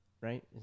Right